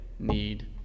need